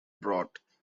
brought